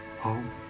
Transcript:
Home